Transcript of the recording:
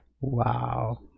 Wow